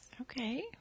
Okay